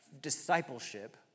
discipleship